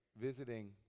visiting